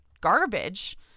garbage